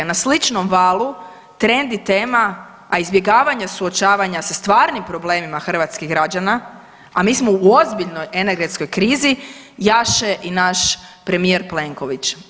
Na sličnom valu trendi tema, a izbjegavanja suočavanja sa stvarnim problemima hrvatskih građana, a mi smo u ozbiljnoj energetskoj krizi, jaše i naš premijer Plenković,